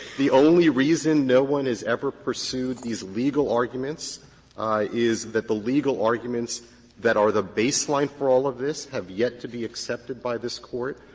the only reason no one has ever pursued these legal arguments is that the legal arguments that are the baseline for all of this have yet to be accepted by this court.